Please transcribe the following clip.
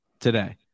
today